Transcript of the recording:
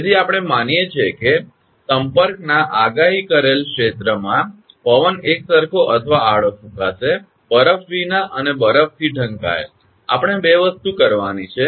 તેથી આપણે માની લઈએ છીએ કે સંપર્કના આગાહી કરેલ ક્ષેત્રમાં પવન એકસરખો અથવા આડો ફુંકાશે બરફ વિના અને બરફથી ઢંકાયેલ આપણે બે વસ્તુ કરવાની છે